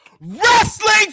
wrestling